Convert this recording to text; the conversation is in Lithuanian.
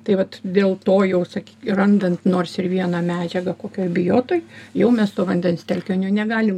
tai vat dėl to jau sakyk randant nors ir vieną medžiagą kokioj biotoj jau mes to vandens telkiniu negalim